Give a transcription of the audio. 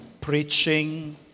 preaching